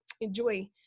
enjoy